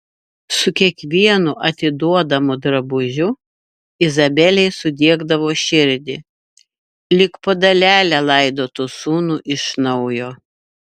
su kiekvienu atiduodamu drabužiu izabelei sudiegdavo širdį lyg po dalelę laidotų sūnų iš naujo